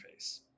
interface